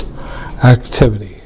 activity